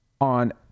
on